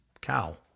cow